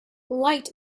light